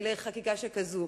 לחקיקה שכזו.